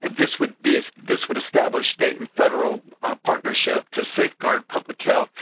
and this would this would establish state and federal partnership to safeguard public health.